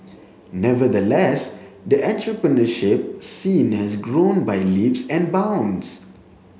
nevertheless the entrepreneurship scene has grown by leaps and bounds